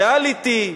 ריאליטי,